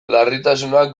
larritasunak